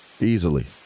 Easily